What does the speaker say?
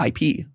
IP